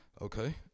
okay